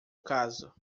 caso